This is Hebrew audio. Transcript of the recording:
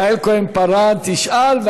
יעל כהן-פארן תשאל,